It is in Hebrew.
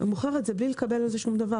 מוכרים אותם בלי לקבל על זה פיקדון,